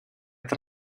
tra